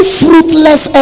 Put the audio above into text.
fruitless